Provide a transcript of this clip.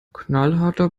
knallharter